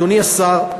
אדוני השר,